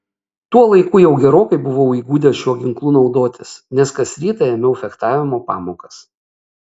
tuo laiku jau gerokai buvau įgudęs šiuo ginklu naudotis nes kas rytą ėmiau fechtavimo pamokas